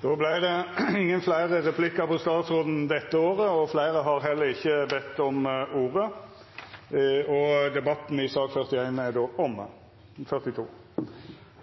Då vart det ikkje fleire replikkar på statsråden dette året. Fleire har ikkje bedt om ordet til sak nr. 42. For at et samfunn skal være velfungerende og demokratisk, er